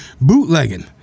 Bootlegging